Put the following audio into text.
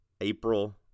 April